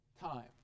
time